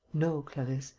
no, clarisse,